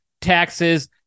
taxes